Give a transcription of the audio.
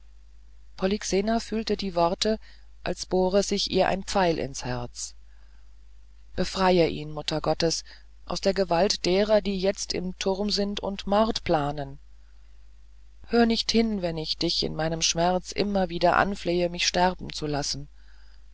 polyxena fühlte die worte als bohre sich ihr ein pfeil ins herz befreie ihn muttergottes aus der gewalt derer die jetzt im turm sind und mord planen hör nicht hin wenn ich dich in meinen schmerzen immer wieder anflehe mich sterben zu lassen